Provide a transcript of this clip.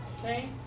Okay